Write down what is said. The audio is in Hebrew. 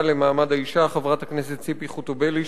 למעמד האשה חברת הכנסת ציפי חוטובלי,